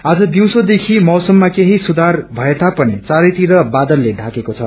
आ जदिउँसो देखि मौसमा केडी सुधार भएता पनि चारीतिर बादलले क्राकेको छ